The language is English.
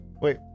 Wait